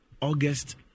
August